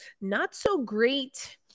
not-so-great